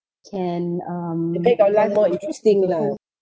to make our life more interesting lah